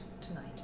tonight